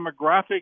demographic